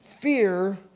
fear